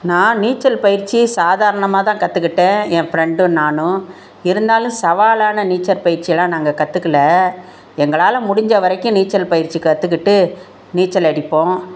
நான் நீச்சல் பயிற்சி சாதாரணமாக தான் கற்றுக்கிட்டேன் என் ஃப்ரெண்டும் நானும் இருந்தாலும் சவாலான நீச்சல் பயிற்சி எல்லாம் நாங்கள் கற்றுக்கல எங்களால் முடிஞ்ச வரைக்கும் நீச்சல் பயிற்சி கற்றுக்கிட்டு நீச்சல் அடிப்போம்